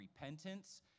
repentance